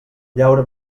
llaura